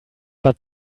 but